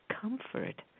comfort